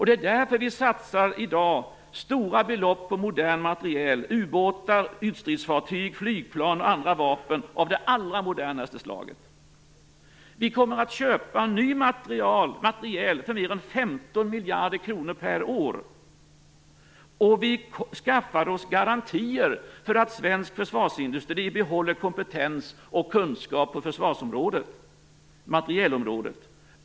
Det är därför som vi i dag satsar stora belopp på modern materiel - u-båtar, ytstridsfartyg, flygplan och andra vapen av det allra modernaste slaget. Vi kommer att köpa ny materiel för mer än 15 miljarder kronor per år, och vi skaffar oss garantier för att svensk försvarsindustri behåller kompetens och kunskap på försvarsområdet och materielområdet.